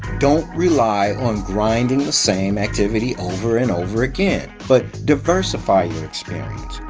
don't rely on grinding the same activity over and over again, but diversify your experience,